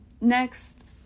next